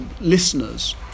listeners